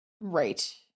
Right